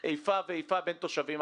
איפה ואיפה בין תושבים.